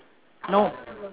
no